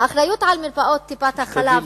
האחריות למרפאות טיפת-חלב